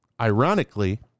ironically